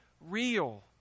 real